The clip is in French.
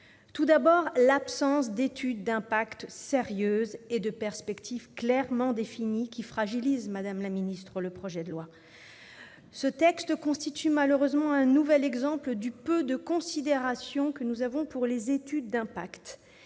Tout d'abord, l'absence d'études d'impact sérieuses et de perspectives clairement définies fragilise ce projet de loi. Ce texte constitue malheureusement un nouvel exemple du peu de considération pour les études d'impact.